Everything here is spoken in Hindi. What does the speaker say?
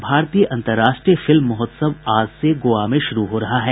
और भारतीय अंतर्राष्ट्रीय फिल्म महोत्सव आज से गोवा में शुरू हो रहा है